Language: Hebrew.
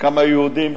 חלקם היו יהודים,